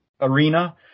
arena